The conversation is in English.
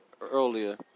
earlier